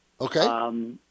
Okay